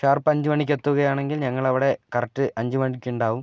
sharp അഞ്ച് മണിക്ക് എത്തുവാണെങ്കിൽ ഞങ്ങൾ അവിടെ കറക്റ്റ് അഞ്ച് മണിക്ക് ഉണ്ടാകും